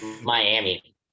Miami